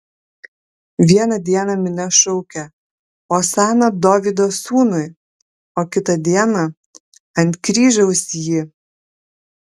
vieną dieną minia šaukia osana dovydo sūnui o kitą dieną ant kryžiaus jį